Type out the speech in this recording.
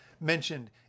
mentioned